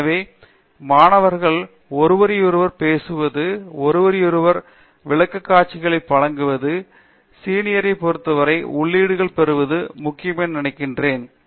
எனவே மாணவர்கள் ஒருவரையொருவர் பேசுவதும் ஒருவருக்கொருவர் விளக்கக்காட்சிகளை வழங்குவதும் சீனியரை பொருத்தவரை உள்ளீடுகளை பெறுவதும் முக்கியம் என நினைக்கிறேன்